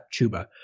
Chuba